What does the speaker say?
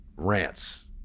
Rants